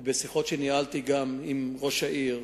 בשיחות שניהלתי גם עם ראש העיר,